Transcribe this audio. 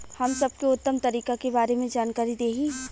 हम सबके उत्तम तरीका के बारे में जानकारी देही?